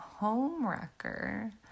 homewrecker